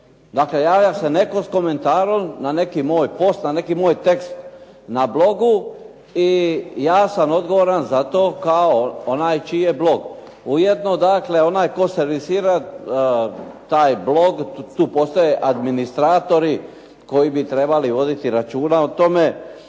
dakle javlja se netko s komentarom na neki moj post, na neki moj tekst na blogu i ja sam odgovoran zato kao onaj čiji je blog. Ujedno dakle tko servisira taj blog, tu postoje administratori koji bi trebali voditi računa o tome.